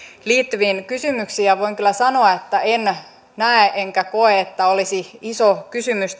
liittyviin kysymyksiin ja voin kyllä sanoa että en näe enkä koe että olisi iso kysymys